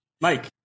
Mike